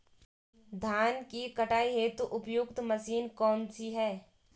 धान की कटाई हेतु उपयुक्त मशीन कौनसी है?